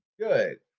Good